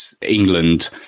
England